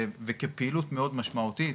כפעילות מאוד משמעותית.